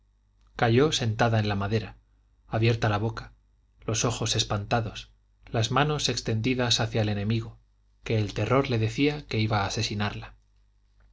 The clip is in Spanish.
cayó sentada en la madera abierta la boca los ojos espantados las manos extendidas hacia el enemigo que el terror le decía que iba a asesinarla